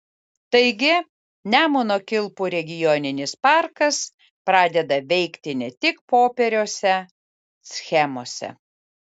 taigi nemuno kilpų regioninis parkas pradeda veikti ne tik popieriuose schemose